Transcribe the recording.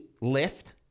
lift